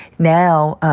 now,